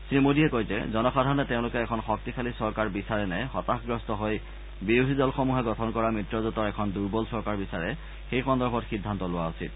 শ্ৰীমোদীয়ে কয় যে জনসাধাৰণে তেওঁলোকে এখন শক্তিশালী চৰকাৰ বিচাৰে নে হতাশাগ্ৰস্ত হৈ বিৰোধী দলসমূহে গঠন কৰা মিত্ৰজোটৰ এখন দুৰ্বল চৰকাৰ বিচাৰে সেই সন্দৰ্ভত সিদ্ধান্ত লোৱা উচিত